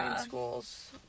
schools